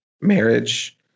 marriage